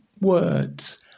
words